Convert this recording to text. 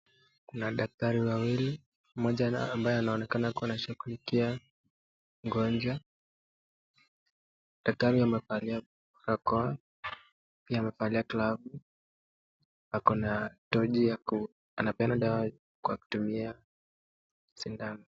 Kuna daktari wawili, mmoja ambaye anaonekana kuwa anashughulikia mgonjwa. Daktari amevalia barakoa, pia amevalia glavu, akona tochi. Anapeana dawa kwa kutumia sindano.